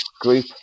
group